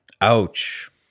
ouch